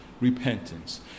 Repentance